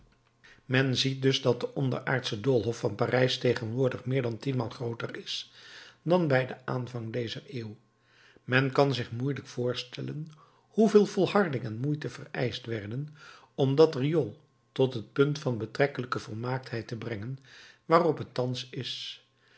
men ziet dus dat de onderaardsche doolhof van parijs tegenwoordig meer dan tienmaal grooter is dan bij den aanvang dezer eeuw men kan zich moeielijk voorstellen hoeveel volharding en moeite vereischt werden om dat riool tot het punt van betrekkelijke volmaaktheid te brengen waarop het thans is